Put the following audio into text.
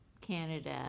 Canada